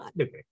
okay